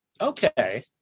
Okay